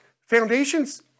foundations